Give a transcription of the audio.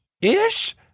Ish